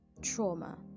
trauma